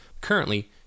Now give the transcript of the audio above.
Currently